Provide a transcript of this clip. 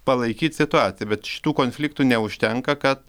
palaikyt situaciją bet šitų konfliktų neužtenka kad